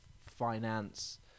finance